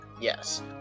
Yes